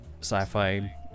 sci-fi